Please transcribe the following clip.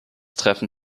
treffen